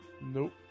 Nope